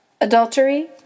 Adultery